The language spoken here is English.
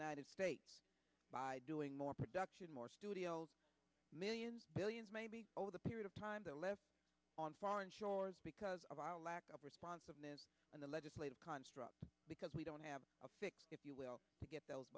united states by doing more production more studio millions billions maybe over the period of time on foreign shores because of our lack of responsiveness in the legislative construct because we don't have a fix if you will to get